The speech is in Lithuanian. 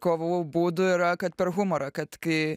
kovų būdų yra kad per humorą kad kai